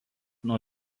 nuo